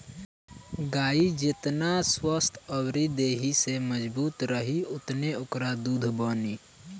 गाई जेतना स्वस्थ्य अउरी देहि से मजबूत रही ओतने ओकरा दूध बनी